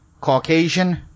Caucasian